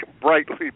brightly